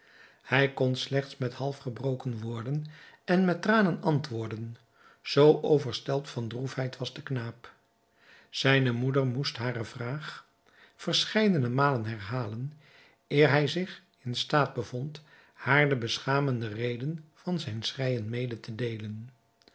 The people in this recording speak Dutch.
hij kon slechts met half afgebroken woorden en met tranen antwoorden zoo overstelpt van droefheid was de knaap zijne moeder moest hare vraag verscheidene malen herhalen eer hij zich in staat bevond haar de beschamende reden van zijn schreijen mede te deelen